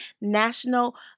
National